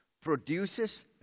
produces